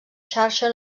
xarxa